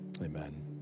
amen